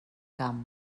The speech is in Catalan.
camp